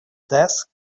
desk